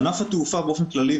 ענף התעופה באופן כללי,